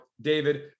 David